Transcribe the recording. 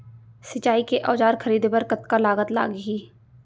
सिंचाई के औजार खरीदे बर कतका लागत लागही?